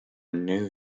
new